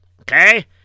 okay